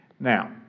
Now